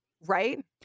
right